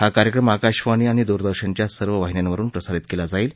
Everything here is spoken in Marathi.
हा कार्यक्रम आकाशवाणी आणि दूरदर्शनच्या सर्व वाहिन्यांवरुन प्रसारित कल्ल जाईल